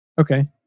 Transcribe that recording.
Okay